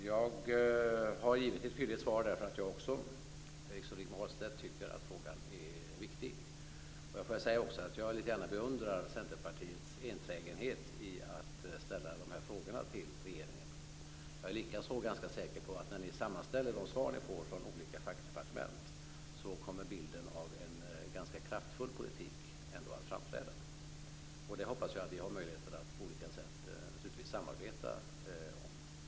Jag har gett ett fylligt svar därför att jag, liksom Rigmor Ahlstedt, tycker att frågan är viktig. Jag beundrar lite grann Centerpartiets enträgenhet att ställa de här frågorna till regeringen. Jag är också ganska säker på att när ni sammanställer de svar ni får från olika fackdepartement kommer bilden av en ganska kraftfull politik att framträda. Jag hoppas att vi har möjlighet att samarbeta på olika sätt om detta.